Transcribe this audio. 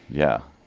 yeah.